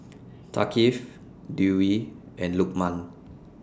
Thaqif Dewi and Lukman